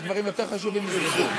יש דברים יותר חשובים משדה-דב.